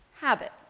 habit